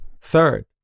Third